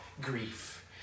grief